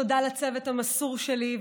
תודה לצוות המסור שלי,